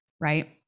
right